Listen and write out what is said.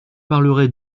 parlerai